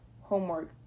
homework